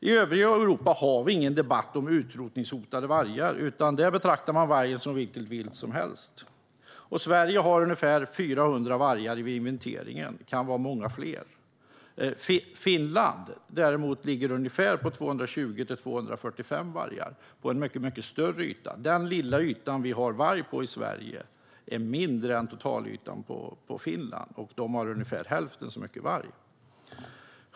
I övriga Europa har vi ingen debatt om utrotningshotade vargar, utan där betraktas vargen som vilket vilt som helst. Sverige har ungefär 400 vargar, enligt inventeringen, men det kan vara många fler. Finland ligger däremot på 220-245 vargar, på en mycket större yta. Den lilla yta vi har varg på i Sverige är mindre än Finlands totalyta med varg, och de har ungefär hälften så många vargar.